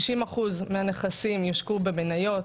60% מהנכסים יושקעו במניות,